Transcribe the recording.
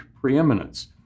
preeminence